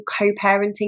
co-parenting